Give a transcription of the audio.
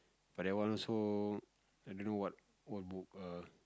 but that one also I don't know what what book err